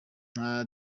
nta